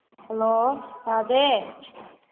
hello ꯇꯥꯗꯦ